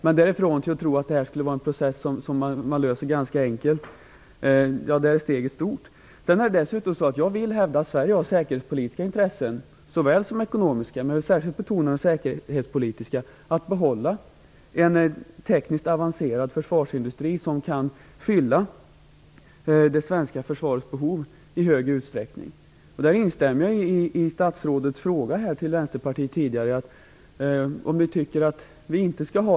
Men därifrån och till att tro att detta skulle vara en process som man löser ganska enkelt är steget stort. Jag vill hävda att Sverige av säkerhetspolitiska intressen - såväl som ekonomiska - bör behålla en tekniskt avancerad försvarsindustri som i hög utsträckning kan fylla det svenska försvarets behov. Jag tror inte vare sig Vänsterpartiet eller någon annan kan tänka sig att avveckla det svenska militära försvaret på kort sikt.